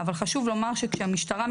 ממש בקצרה.